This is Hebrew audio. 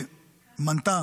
שמנתה